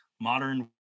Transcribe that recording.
modern